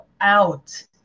out